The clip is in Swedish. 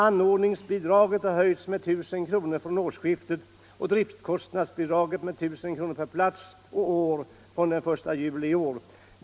Anordningsbidraget har höjts med 1000 kronor från årsskiftet och driftskostnadsbidraget med 1000 kronor per plats och år från den 1 juli i år.